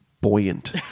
buoyant